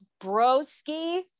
broski